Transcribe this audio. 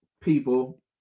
people